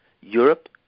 Europe